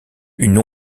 une